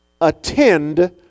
attend